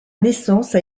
naissance